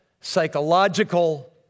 psychological